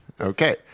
Okay